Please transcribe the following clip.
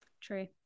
true